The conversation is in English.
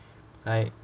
like